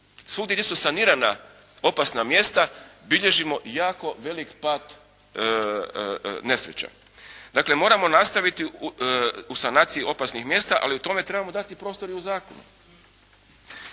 svugdje gdje su sanirana opasna mjesta bilježimo jako veliki pad nesreća. Dakle, moramo nastaviti u sanaciji opasnih mjesta, ali tome trebamo dati prostora i u zakonu.